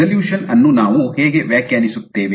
resolution ಅನ್ನು ನಾವು ಹೇಗೆ ವ್ಯಾಖ್ಯಾನಿಸುತ್ತೇವೆ